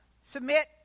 submit